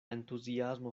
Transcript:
entuziasmo